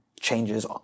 changes